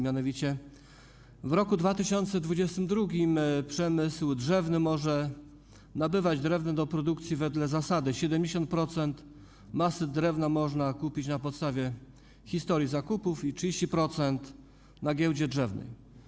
Mianowicie w roku 2022 przemysł drzewny może nabywać drewno do produkcji wedle zasady: 70% masy drewna można kupić na podstawie historii zakupów, 30% - na giełdzie drzewnej.